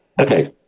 Okay